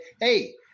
Hey